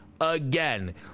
Again